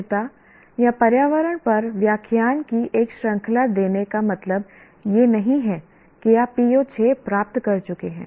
स्थिरता या पर्यावरण पर व्याख्यान की एक श्रृंखला देने का मतलब यह नहीं है कि आप PO6 प्राप्त कर चुके हैं